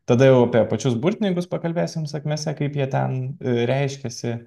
tada jau apie pačius burtininkus pakalbėsim sakmes kaip jie ten reiškiasi